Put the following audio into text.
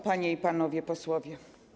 Panie i Panowie Posłowie!